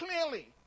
clearly